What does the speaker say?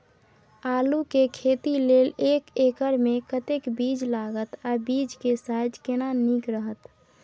आलू के खेती लेल एक एकर मे कतेक बीज लागत आ बीज के साइज केना नीक रहत?